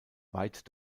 weit